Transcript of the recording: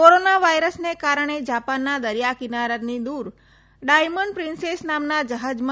corona વાયરસને કારણે જાપાનના દરીયા કિનારાની દૂર ડાયમંડ પ્રીન્સેસ નામના જહાજમાં